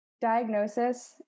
Diagnosis